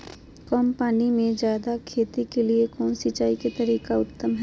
कम पानी में जयादे खेती के लिए कौन सिंचाई के तरीका उत्तम है?